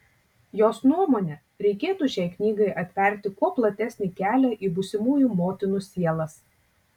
jos nuomone reikėtų šiai knygai atverti kuo platesnį kelią į būsimųjų motinų sielas